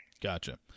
Gotcha